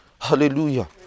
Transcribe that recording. Hallelujah